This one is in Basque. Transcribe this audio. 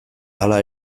hala